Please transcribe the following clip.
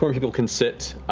people can sit.